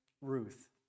Ruth